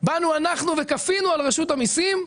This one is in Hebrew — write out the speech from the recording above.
באנו אנחנו וכפינו על רשות המיסים: